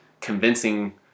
convincing